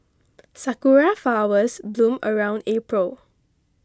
sakura flowers bloom around April